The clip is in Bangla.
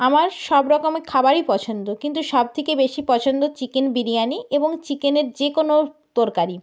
আমার সব রকমই খাবারই পছন্দ কিন্তু সব থেকে বেশি পছন্দ চিকেন বিরিয়ানি এবং চিকেনের যে কোনো তরকারি